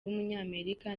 w’umunyamerika